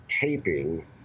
taping